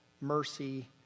mercy